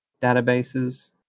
databases